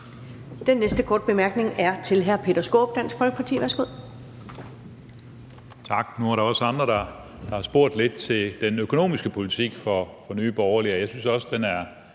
Den næste korte bemærkning er til hr. Peter Skaarup, Dansk Folkeparti. Værsgo.